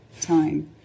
time